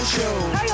Show